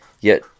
Yet